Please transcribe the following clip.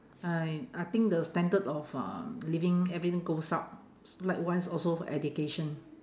I I think the standard of um living everything goes up likewise also for education